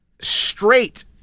straight